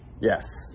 Yes